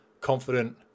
confident